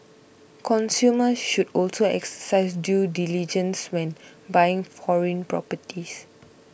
consumers should also exercise due diligence when buying foreign properties